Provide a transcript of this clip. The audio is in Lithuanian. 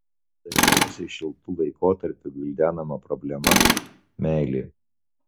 dažniausiai šiltu laikotarpiu gvildenama problema meilė